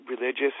religious